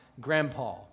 grandpa